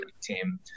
team